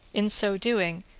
in so doing,